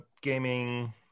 gaming